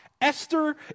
Esther